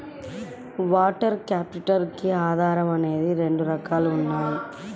working capital కి ఆధారాలు అనేవి రెండు రకాలుగా ఉంటాయి